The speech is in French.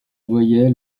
voyait